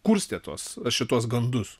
kurstė tuos šituos gandus